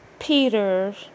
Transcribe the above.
Peter